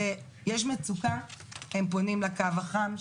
הוא שכשיש מצוקה הם פונים לקו החם,